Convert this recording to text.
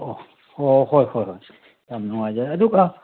ꯑꯣ ꯍꯣꯏ ꯍꯣꯏ ꯍꯣꯏ ꯌꯥꯝ ꯅꯨꯡꯉꯥꯏꯖꯔꯦ ꯑꯗꯨꯒ